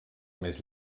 més